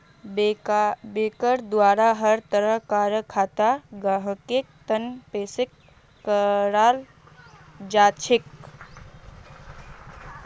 बैंकेर द्वारा हर तरह कार खाता ग्राहकेर तने पेश कराल जाछेक